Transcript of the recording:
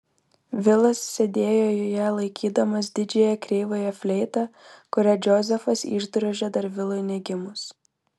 vilas sėdėjo joje laikydamas didžiąją kreivąją fleitą kurią džozefas išdrožė dar vilui negimus